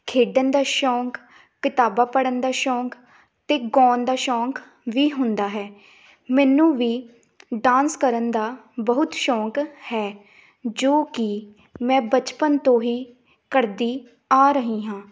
ਖੇਡਣ ਦਾ ਸ਼ੌਂਕ ਕਿਤਾਬਾਂ ਪੜ੍ਹਨ ਦਾ ਸ਼ੌਂਕ ਅਤੇ ਗਾਉਣ ਦਾ ਸ਼ੌਂਕ ਵੀ ਹੁੰਦਾ ਹੈ ਮੈਨੂੰ ਵੀ ਡਾਂਸ ਕਰਨ ਦਾ ਬਹੁਤ ਸ਼ੌਂਕ ਹੈ ਜੋ ਕਿ ਮੈਂ ਬਚਪਨ ਤੋਂ ਹੀ ਕਰਦੀ ਆ ਰਹੀ ਹਾਂ